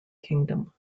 kingdom